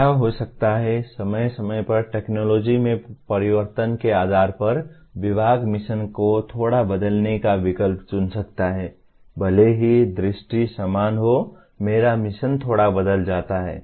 क्या हो सकता है समय समय पर टेक्नोलॉजी में परिवर्तन के आधार पर विभाग मिशन को थोड़ा बदलने का विकल्प चुन सकता है भले ही दृष्टि समान हो मेरा मिशन थोड़ा बदल जाता है